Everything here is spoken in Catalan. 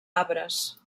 arbres